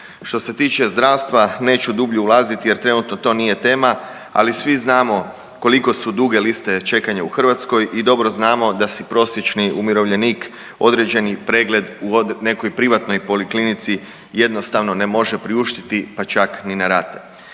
Što se tiče zdravstva neću dublje ulaziti jer trenutno to nije tema, ali svi znamo koliko su duge liste čekanja u Hrvatskoj i dobro znamo da si prosječni umirovljenik određeni pregled u nekoj privatnoj poliklinici jednostavno ne može priuštiti pa čak ni na rate.